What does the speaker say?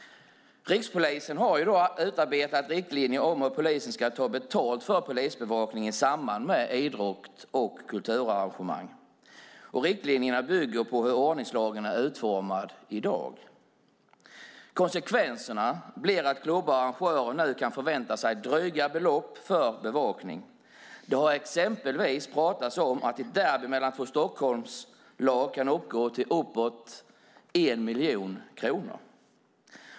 Rikspolisen har utarbetat riktlinjer om hur polisen ska ta betalt för polisbevakning i samband med idrotts och kulturarrangemang. Riktlinjerna bygger på hur ordningslagen är utformad i dag. Konsekvenserna blir att klubbar och arrangörer nu kan förvänta sig dryga belopp för bevakning. Det har exempelvis pratats om att ett derby mellan två Stockholmslag kan uppgå till uppåt 1 miljon kronor.